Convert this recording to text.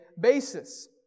basis